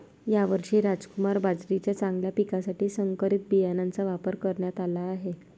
यावर्षी रामकुमार बाजरीच्या चांगल्या पिकासाठी संकरित बियाणांचा वापर करण्यात आला आहे